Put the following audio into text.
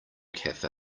cafe